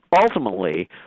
ultimately